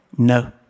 No